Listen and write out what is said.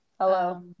Hello